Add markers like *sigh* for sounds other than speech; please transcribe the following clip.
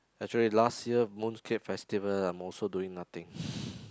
actually last year Mooncake Festival I'm also doing nothing *breath*